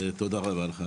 תודה רבה לך